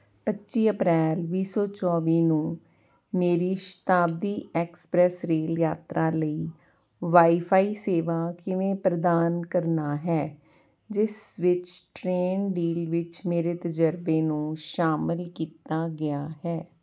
ਪੱਚੀ ਅਪ੍ਰੈਲ ਵੀਹ ਸੌ ਚੋਵੀ ਨੂੰ ਮੇਰੀ ਸ਼ਤਾਬਦੀ ਐਕਸਪ੍ਰੈੱਸ ਰੇਲ ਯਾਤਰਾ ਲਈ ਵਾਈ ਫਾਈ ਸੇਵਾ ਕਿਵੇਂ ਪ੍ਰਦਾਨ ਕਰਨਾ ਹੈ ਜਿਸ ਵਿੱਚ ਟ੍ਰੇਨ ਡੀਲ ਵਿੱਚ ਮੇਰੇ ਤਜ਼ਰਬੇ ਨੂੰ ਸ਼ਾਮਿਲ ਕੀਤਾ ਗਿਆ ਹੈ